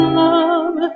love